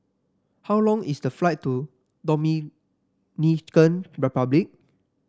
how long is the flight to Dominican Republic